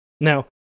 Now